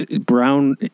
brown